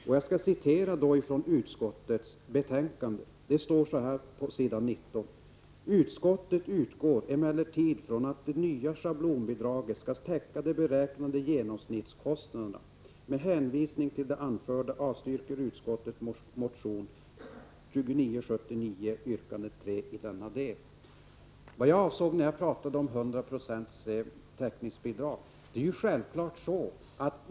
På s. 19 i sitt betänkande säger utbildningsutskottet: Vad jag avsåg när jag talade om ett hundraprocentigt täckningsbidrag är självklart.